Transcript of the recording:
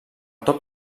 tot